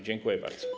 Dziękuję bardzo.